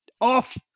off